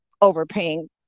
overpaying